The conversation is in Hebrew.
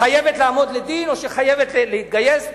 חייבת לעמוד לדין או שחייבת להתגייס.